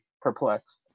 perplexed